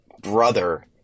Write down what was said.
brother